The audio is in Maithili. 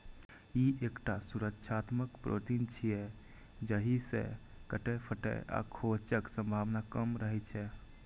ई एकटा सुरक्षात्मक प्रोटीन छियै, जाहि सं कटै, फटै आ खोंचक संभावना कम रहै छै